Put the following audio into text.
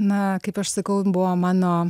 na kaip aš sakau buvo mano